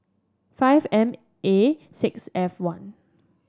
five M A six F one